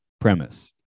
premise